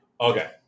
okay